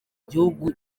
gihugu